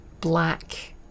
black